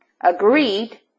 Agreed